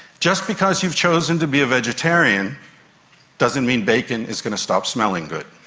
just because you've chosen to be a vegetarian doesn't mean bacon is going to stop smelling good.